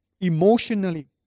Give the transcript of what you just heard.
emotionally